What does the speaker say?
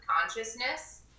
consciousness